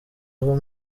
aho